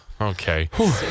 Okay